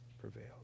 prevailed